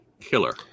Killer